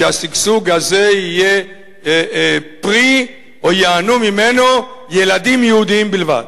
שמן השגשוג הזה ייהנו ילדים יהודים בלבד.